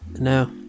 No